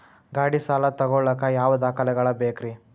ಗಾಡಿ ಸಾಲ ತಗೋಳಾಕ ಯಾವ ದಾಖಲೆಗಳ ಬೇಕ್ರಿ?